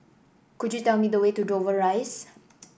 could you tell me the way to Dover Rise